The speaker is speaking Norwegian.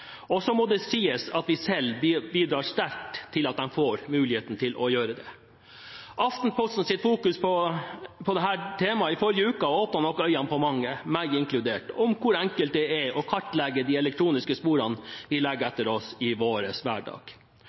meg. Så må det også sies at vi selv bidrar sterkt til at de får muligheten til å gjøre det. Aftenpostens fokusering på dette temaet i forrige uke åpnet nok øynene på mange, meg inkludert, om hvor enkelt det er å kartlegge de elektroniske sporene vi etterlater oss i vår hverdag.